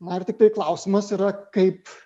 man tiktai klausimas yra kaip